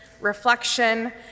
reflection